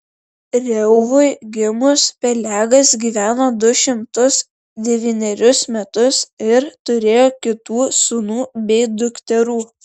reuvui gimus pelegas gyveno du šimtus devynerius metus ir turėjo kitų sūnų bei dukterų